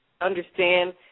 understand